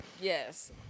Yes